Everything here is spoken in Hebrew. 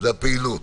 זו הפעילות.